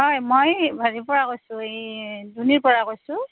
হয় মই হেৰিৰ পৰা কৈছোঁ এই ডুনীৰ পৰা কৈছোঁ